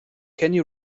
kenny